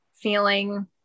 feeling